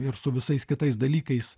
ir su visais kitais dalykais